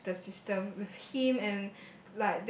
with the system with him and